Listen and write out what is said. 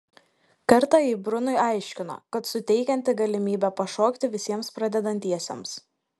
kartą ji brunui aiškino kad suteikianti galimybę pašokti visiems pradedantiesiems